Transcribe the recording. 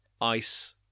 ice